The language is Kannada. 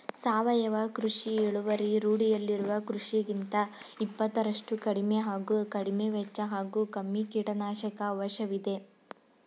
ಸಾವಯವ ಕೃಷಿ ಇಳುವರಿ ರೂಢಿಯಲ್ಲಿರುವ ಕೃಷಿಗಿಂತ ಇಪ್ಪತ್ತರಷ್ಟು ಕಡಿಮೆ ಹಾಗೂ ಕಡಿಮೆವೆಚ್ಚ ಹಾಗೂ ಕಮ್ಮಿ ಕೀಟನಾಶಕ ಅವಶ್ಯವಿದೆ